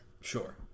Sure